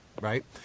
right